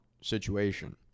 situation